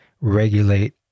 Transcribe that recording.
regulate